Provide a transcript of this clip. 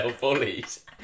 bullies